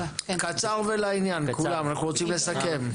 קצר ולעניין כולם, אנחנו רוצים לסכם.